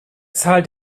zahl